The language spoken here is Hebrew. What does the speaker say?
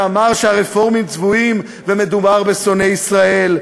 שאמר שהרפורמים צבועים ומדובר בשונאי ישראל.